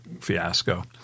fiasco